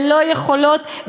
ללא יכולות,